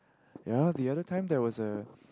ya the other time that was a